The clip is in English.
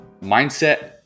mindset